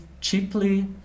cheaply